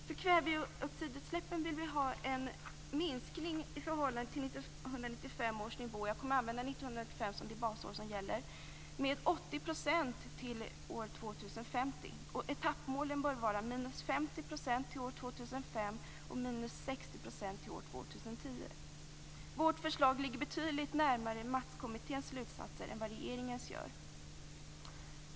För kväveoxidutsläppen vill vi ha en minskning i förhållande till 1995 års nivå - jag kommer att använda 1995 som det basår som gäller - med 80 % till år 2050. Etappmålen bör vara 50 % till år 2005 och - 60 % till år 2010. Vårt förslag ligger betydligt närmare MaTs-samarbetets slutsatser än vad regeringens gör.